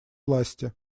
власти